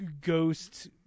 Ghost